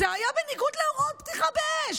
זה היה בניגוד להוראות פתיחה באש.